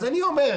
אז אני אומר,